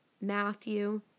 Matthew